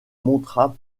montra